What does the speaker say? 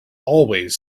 always